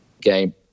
game